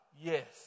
Yes